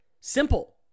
Simple